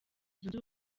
zunze